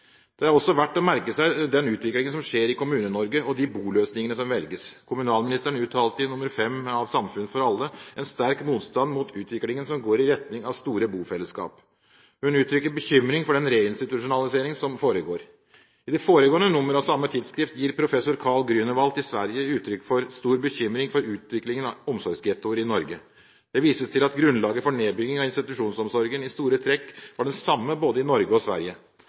Det er også verdt å merke seg den utviklingen som skjer i Kommune-Norge, og de boløsningene som velges. Kommunalministeren uttalte i Samfunn for Alle, nr. 5 2011, en sterk motstand mot utviklingen som går i retning store bofellesskap. Hun uttrykker bekymring for den re-institusjonaliseringen som foregår. I det foregående nummeret av samme tidsskrift gir professor Karl Grunewald i Sverige uttrykk for stor bekymring for utviklingen av omsorgsgettoer i Norge. Det vises til at grunnlaget for nedbyggingen av institusjonsomsorgen i store trekk var den samme både i Norge og Sverige.